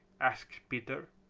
asked peter.